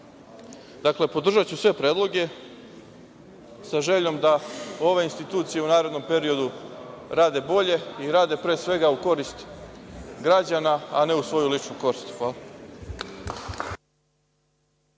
podržaću sve predloge sa željom da ove institucije u narednom periodu rade bolje i rade pre svega u korist građana, a ne u svoju ličnu korist. Hvala.